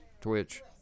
twitch